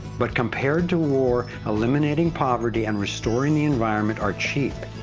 but compared to war, eliminating poverty and restoring the environment are cheap.